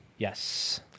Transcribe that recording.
Yes